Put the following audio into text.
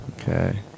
Okay